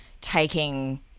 taking